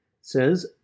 says